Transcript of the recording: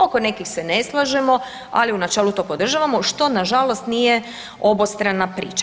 Oko nekih se ne slažemo, ali u načelu to podržavamo, što nažalost nije obostrana priča.